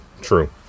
True